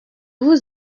vous